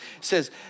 says